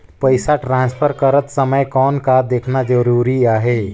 पइसा ट्रांसफर करत समय कौन का देखना ज़रूरी आहे?